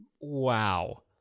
wow